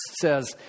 says